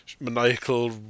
maniacal